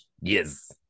Yes